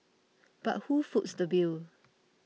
but who foots the bill